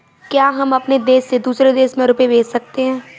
क्या हम अपने देश से दूसरे देश में रुपये भेज सकते हैं?